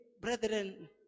brethren